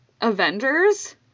Avengers